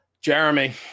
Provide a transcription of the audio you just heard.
Jeremy